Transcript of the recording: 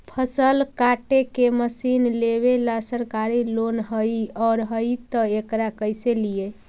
फसल काटे के मशीन लेबेला सरकारी लोन हई और हई त एकरा कैसे लियै?